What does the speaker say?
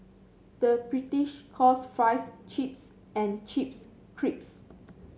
the British calls fries chips and chips crisps